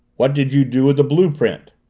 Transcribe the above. what did you do with the blue-print?